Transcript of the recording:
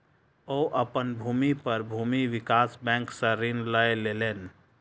ओ अपन भूमि पर भूमि विकास बैंक सॅ ऋण लय लेलैन